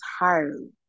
entirely